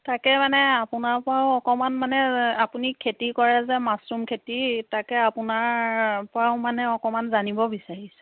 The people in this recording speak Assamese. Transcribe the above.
তাকে মানে আপোনাৰ পৰাও অকণমান মানে আপুনি খেতি কৰে যে মাছ্ৰুম খেতি তাকে আপোনাৰ পৰাও মানে অকণমান জানিব বিচাৰিছোঁ